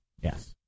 Yes